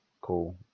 cool